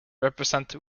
represent